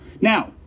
now